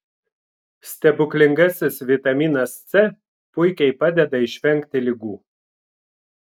stebuklingasis vitaminas c puikiai padeda išvengti ligų